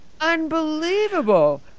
Unbelievable